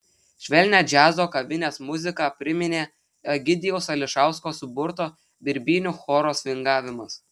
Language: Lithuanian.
švelnią džiazo kavinės muziką priminė egidijaus ališausko suburto birbynių choro svingavimas